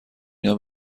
اینا